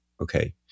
Okay